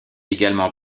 également